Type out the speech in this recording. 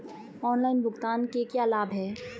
Online भुगतान के क्या लाभ हैं?